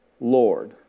Lord